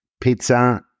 Pizza